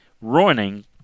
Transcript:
ruining